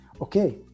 okay